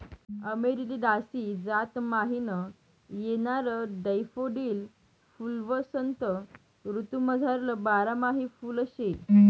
Amaryllidaceae जात म्हाईन येणारं डैफोडील फुल्वसंत ऋतूमझारलं बारमाही फुल शे